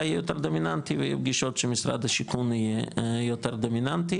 יהיה יותר דומיננטי ויהיו פגישות שמשרד השיכון יהיה יותר דומיננטי